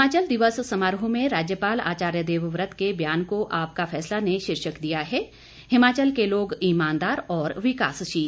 हिमाचल दिवस समारोह में राज्यपाल आचार्य देवव्रत के बयान को आपका फैसला ने शीर्षक दिया है हिमाचल के लोग ईमानदार और विकासशील